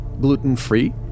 gluten-free